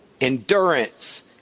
endurance